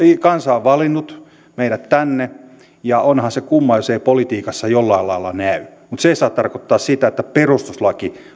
kansa on valinnut meidät tänne ja onhan se kumma jos se ei politiikassa jollain lailla näy mutta se ei saa tarkoittaa sitä että perustuslaki